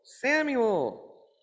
Samuel